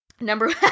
Number